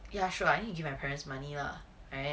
ya sure I need to give my parents money lah right